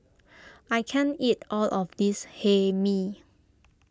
I can't eat all of this Hae Mee